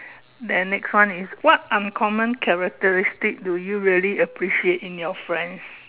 then next one is what uncommon characteristic do you really appreciate in your friends